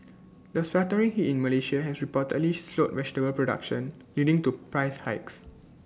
the sweltering heat in Malaysia has reportedly slowed vegetable production leading to price hikes